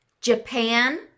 Japan